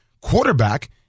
quarterback